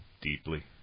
deeply